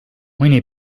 mõni